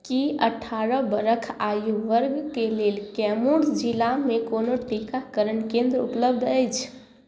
की अठारह बरख आयु वर्गके लेल कैमूर जिलामे कोनो टीकाकरण केन्द्र उपलब्ध अछि